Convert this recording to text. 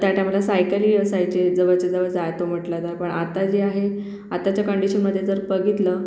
त्या टायमाला सायकली असायचे जवळच्या जवळ जायतो म्हटलं तर पण आता जे आहे आताच्या कंडीशनमध्ये जर बघितलं